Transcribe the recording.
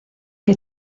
que